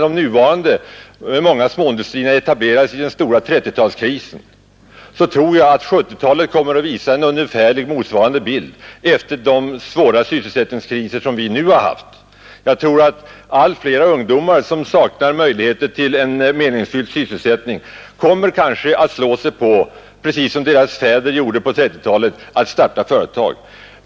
De nuvarande många småindustrierna etablerades under den stora 1930-talskrisen, och jag tror att 1970-talet kommer att visa en ungefär motsvarande bild efter de svåra sysselsättningskriser som vwvi nu har haft. Allt flera ungdomar som saknar möjligheter till en meningsfylld sysselsättning kommer kanske att slå sig på — precis som deras fäder gjorde på 1930-talet — att starta företag.